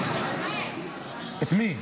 מלכיאלי, די,